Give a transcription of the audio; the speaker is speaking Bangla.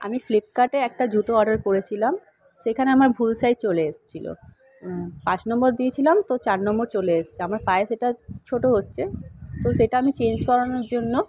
আমি ফ্লিপকার্টে একটা জুতো অর্ডার করেছিলাম সেখানে আমার ভূল সাইজ চলে এসেছিলো পাঁচ নম্বর দিয়েছিলাম তো চার নম্বর চলে এসছে আমার পায়ে সেটা ছোটো হচ্ছে তো সেটা আমি চেঞ্জ করানোর জন্য